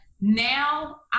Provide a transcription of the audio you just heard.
now